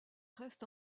restent